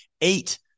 eight